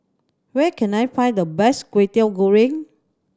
where can I find the best Kway Teow Goreng